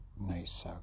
nice